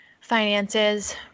finances